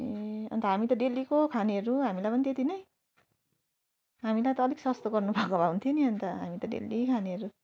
ए अन्त हामी त डेलीको खानेहरू हामीलाई पनि त्यति नै हामीलाई त अलिक सस्तो गर्नुभएको भए हुन्थ्यो नि अन्त हामी त डेली खानेहरू